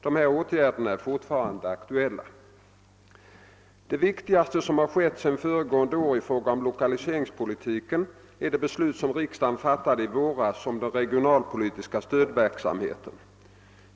Dessa åtgärder har fortfarande aktualitet. Det viktigaste som har skett sedan föregående år i fråga om lokaliseringspolitiken är det beslut som riksdagen i våras fattade om den regionalpolitiska stödverksamheten.